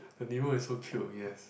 the Nemo is so cute yes